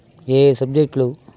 ఏఏ సబ్జెక్ట్లు